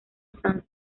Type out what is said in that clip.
san